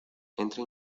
entra